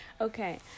Okay